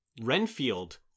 Renfield